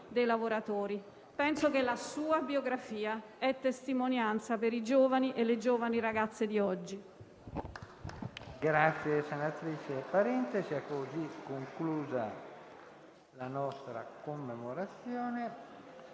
dei lavoratori. Penso che la sua biografia sia testimonianza per i giovani ragazzi e le giovani ragazze di oggi.